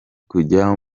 kujya